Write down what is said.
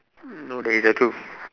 no dey it's the truth